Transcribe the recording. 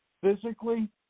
physically